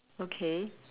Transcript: okay